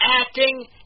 acting